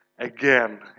Again